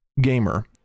gamer